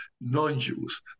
non-Jews